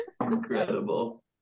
incredible